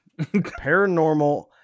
paranormal